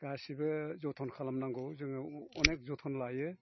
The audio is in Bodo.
गासिबो जोथोन खालामनांगौ जोङो अनेक जोथोन लायो